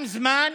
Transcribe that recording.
גם זמן